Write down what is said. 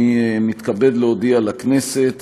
אני מתכבד להודיע לכנסת